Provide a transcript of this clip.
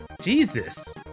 Jesus